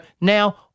Now